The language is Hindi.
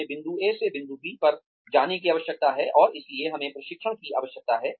हमें बिंदु A से बिंदु B पर जाने की आवश्यकता है और इसीलिए हमें प्रशिक्षण की आवश्यकता है